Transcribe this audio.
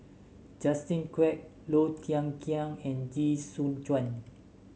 Justin Quek Low Thia Khiang and Chee Soon Juan